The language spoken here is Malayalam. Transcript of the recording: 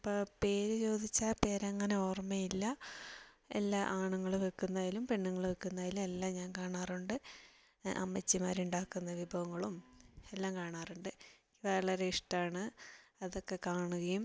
ഇപ്പോൾ പേര് ചോദിച്ചാൽ പേര് അങ്ങെനെ ഓര്മ്മയില്ല എല്ലാ ആണുങ്ങൾ വയ്ക്കുന്നതിലും പെണ്ണുങ്ങൾ വയ്ക്കുന്നയിലും എല്ലാം ഞാന് കാണാറുണ്ട് അമ്മച്ചിമ്മാർ ഉണ്ടാക്കുന്ന വിഭവങ്ങളും എല്ലാം കാണാറുണ്ട് വളരെ ഇഷ്ടമാണ് അതൊക്കെ കാണുകയും